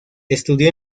estudió